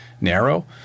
narrow